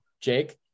Jake